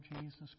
Jesus